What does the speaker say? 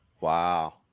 Wow